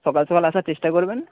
সকাল সকাল আসার চেষ্টা করবেন